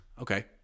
Okay